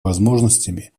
возможностями